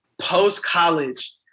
post-college